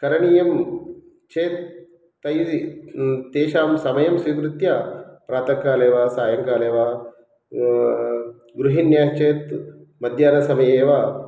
करणीयं चेत् तैः तेषां समयं स्वीकृत्य प्रातःकाले वा सायङ्काले वा गृहिण्यः चेत् मध्याह्नसमये वा